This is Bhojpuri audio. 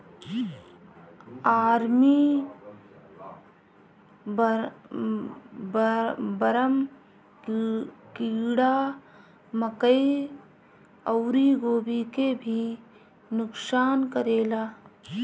आर्मी बर्म कीड़ा मकई अउरी गोभी के भी नुकसान करेला